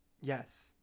Yes